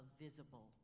visible